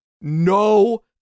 No